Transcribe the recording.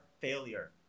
failure